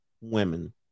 women